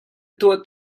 tuah